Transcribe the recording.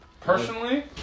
personally